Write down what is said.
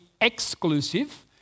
exclusive